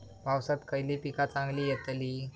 पावसात खयली पीका चांगली येतली?